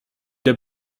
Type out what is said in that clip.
der